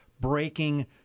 breaking